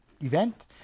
event